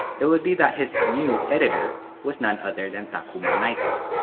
it would be that his new editor was none other than takuma naito,